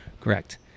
Correct